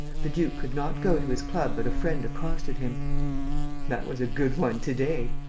the duke could not go to his club but a friend accosted him that was a good one to-day!